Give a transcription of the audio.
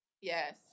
Yes